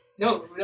No